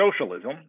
socialism